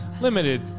limited